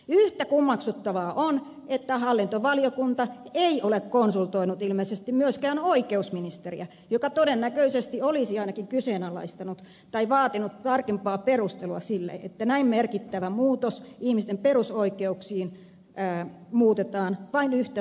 yhtä kummeksuttavaa on että hallintovaliokunta ei ole konsultoinut ilmeisesti myöskään oikeusministeriä joka todennäköisesti olisi ainakin kyseenalaistanut asian tai vaatinut tarkempaa perustelua sille että näin merkittävä muutos ihmisten perusoikeuksiin tehdään vain yhtä sanaa vaihtamalla